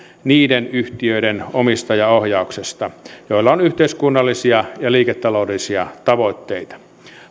niiden yhtiöiden omistajaohjauksesta joilla on yhteiskunnallisia ja liiketaloudellisia tavoitteita